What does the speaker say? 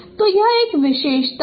तो यह विशेषता है